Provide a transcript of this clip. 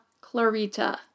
clarita